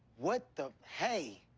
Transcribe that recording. what the hey!